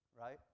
right